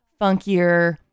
funkier